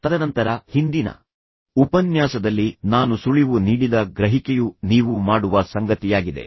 ತದನಂತರ ಹಿಂದಿನ ಉಪನ್ಯಾಸದಲ್ಲಿ ನಾನು ಸುಳಿವು ನೀಡಿದ ಗ್ರಹಿಕೆಯು ನೀವು ಮಾಡುವ ಸಂಗತಿಯಾಗಿದೆ